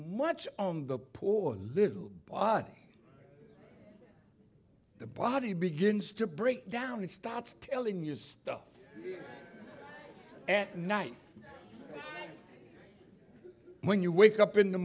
much on the poor little body the body begins to break down and starts telling your stuff at night when you wake up in the